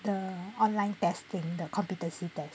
the online testing the competency test